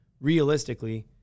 realistically